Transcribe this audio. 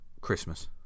Christmas